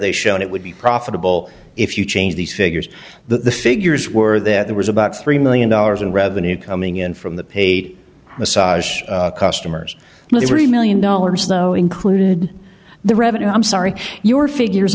they showed it would be profitable if you change these figures the figures were there was about three million dollars in revenue coming in from the paid massage customers larry million dollars though included the revenue i'm sorry your figures